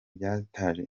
byateje